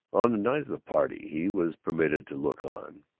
on the night of the party he was permitted to look on,